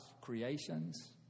creations